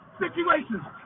situations